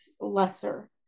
lesser